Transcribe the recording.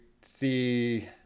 see